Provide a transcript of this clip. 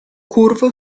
curvo